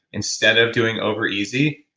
instead of doing over easy,